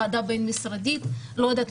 ועדה בין-משרדית לא יודעת,